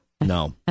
No